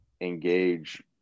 engage